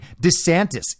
DeSantis